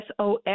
SOS